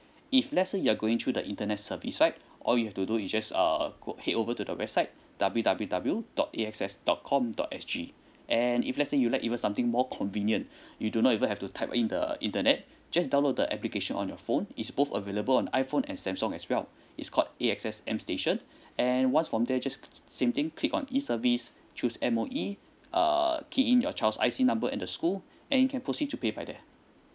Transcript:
if let's say you're going through the internet service right all you have to do is just uh go head over to the website W W W dot A_X_S dot com dot S G and if let's say you like even something more convenient you do not even have to type in the internet just download the application on your phone is both available on iphone and samsung as well it's called A_X_S M station and once from there just same thing click on E service choose M_O_E uh key in your child's I_C number and the school and you can proceed to pay by there